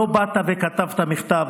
לא באת וכתבת מכתב.